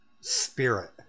spirit